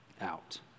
out